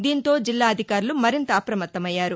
దీంతో జిల్లా అధికారులు మరింత అప్రమత్తమయ్యారు